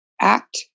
act